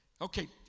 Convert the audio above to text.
Okay